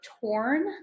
torn